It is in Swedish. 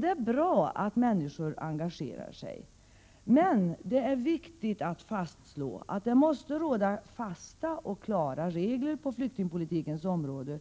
Det är bra att människor engagerar sig, men det är viktigt att fastslå, att det måste råda fasta och klara regler på flyktingpolitikens område